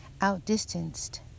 outdistanced